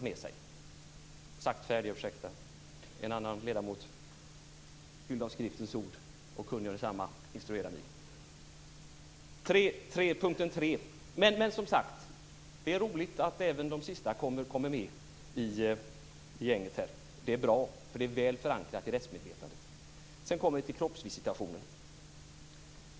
Det är roligt att även de sista kommer med i gänget. Det är bra, därför att detta är väl förankrat i rättsmedvetandet. Sedan kommer vi till frågan om kroppsvisitation.